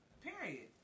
Period